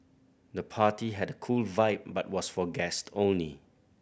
the party had cool vibe but was for guest only